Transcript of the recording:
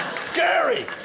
scary!